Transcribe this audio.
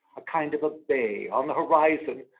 a kind of ah bay on the horizon.